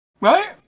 Right